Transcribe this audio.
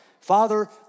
Father